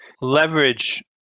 leverage